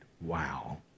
Wow